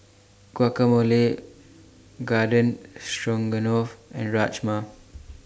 Guacamole Garden Stroganoff and Rajma